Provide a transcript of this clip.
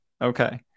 okay